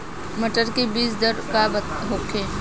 मटर के बीज दर का होखे?